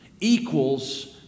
equals